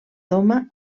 doma